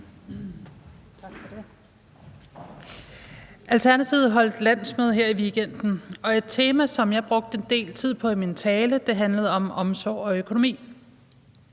Alternativet holdt landsmøde her i weekenden, og et tema, som jeg brugte en del tid på i min tale, handlede om omsorg og økonomi.